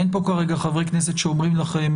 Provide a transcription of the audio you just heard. אין כאן כרגע חברי כנסת שאומרים לכם